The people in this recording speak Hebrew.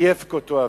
ויבכ אתו אביו",